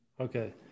Okay